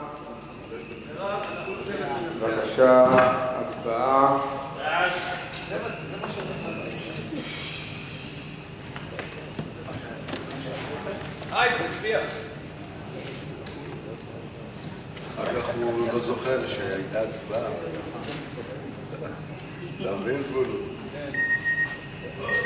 2010. בבקשה.